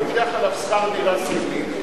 לוקח עליו שכר דירה סמלי,